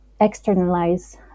externalize